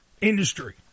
industry